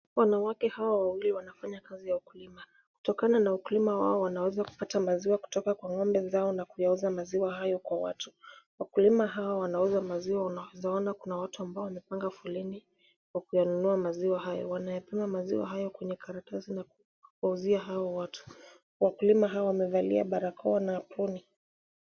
Wanawake hawa wawili wanafanya kazi ya ukulima. Kutokana na ukulima wao wanaweza kupata maziwa kutoka kwa ng'ombe zao na kuyauza maziwa hayo kwa watu. Wakulima hawa wanauza maziwa. Unaweza ona kuna watu ambao wamepanga foleni kwa kuyanunua maziwa hayo. Wanayapima maziwa hayo kwenye karatasi na kuwauzia hao watu. Wakulima hawa wamevalia barakoa na aproni.